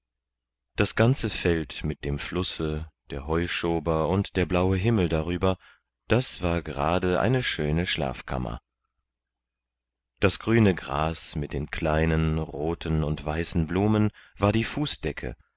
das ganze feld mit dem flusse der heuschober und der blaue himmel darüber das war gerade eine schöne schlafkammer das grüne gras mit den kleinen roten und weißen blumen war die